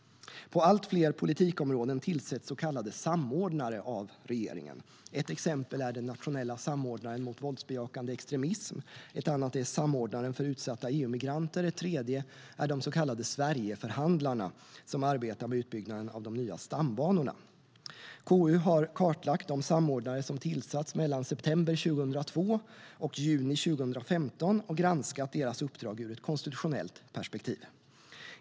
På allt fler politikområden tillsätts så kallade samordnare av regeringen. Ett exempel är den nationella samordnaren mot våldsbejakande extremism, ett annat är samordnaren för utsatta EU-migranter och ett tredje är de så kallade Sverigeförhandlarna som arbetar med utbyggnaden av de nya stambanorna. KU har kartlagt de samordnare som tillsatts mellan september 2002 och juni 2015 och granskat deras uppdrag ur ett konstitutionellt perspektiv.